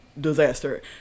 disaster